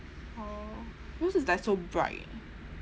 orh yours is like so bright